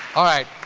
all right,